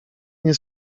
nie